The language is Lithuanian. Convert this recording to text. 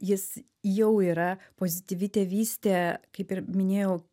jis jau yra pozityvi tėvystė kaip ir minėjau